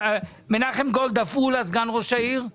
מנחם גולד, סגן ראש העיר עפולה.